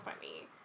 funny